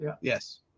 Yes